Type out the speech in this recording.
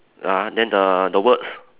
ah then the the words